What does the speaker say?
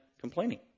complaining